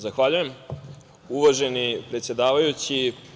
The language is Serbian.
Zahvaljujem, uvaženi predsedavajući.